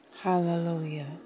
Hallelujah